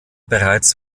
bereits